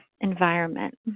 environment